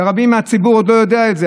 רבים מהציבור עוד לא יודעים את זה,